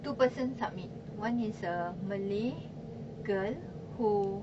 two person submit one is a malay girl who